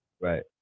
Right